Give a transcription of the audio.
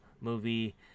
movie